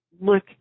look